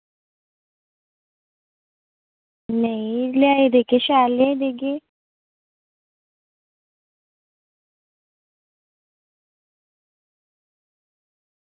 नेईं लेआई देगे शैल लेआई देगे